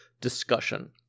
discussion